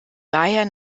daher